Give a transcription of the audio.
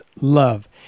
love